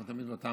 אנחנו תמיד באותם